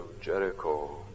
Jericho